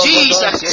Jesus